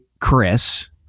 Chris